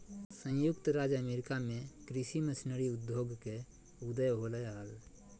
संयुक्त राज्य अमेरिका में कृषि मशीनरी उद्योग के उदय होलय हल